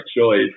choice